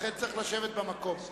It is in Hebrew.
לכן צריך לשבת במקום.